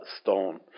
stone